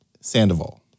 Sandoval